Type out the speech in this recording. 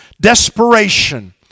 Desperation